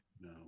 No